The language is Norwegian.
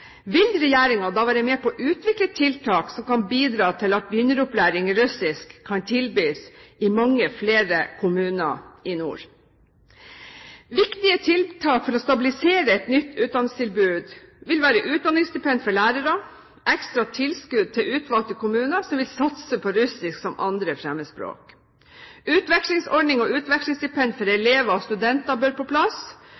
vil regjeringen da være med på å utvikle tiltak som kan bidra til at begynneropplæring i russisk kan tilbys i mange flere kommuner i nord? Viktige tiltak for å stabilisere et nytt utdanningstilbud vil være utdanningsstipend for lærere og ekstra tilskudd til utvalgte kommuner som vil satse på russisk som 2. fremmedspråk. Utvekslingsordninger og utvekslingsstipend for